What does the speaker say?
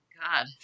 God